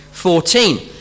14